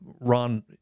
Ron